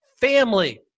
family